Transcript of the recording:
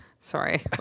sorry